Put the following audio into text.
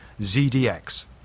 ZDX